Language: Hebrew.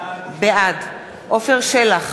בעד עפר שלח,